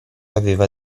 aveva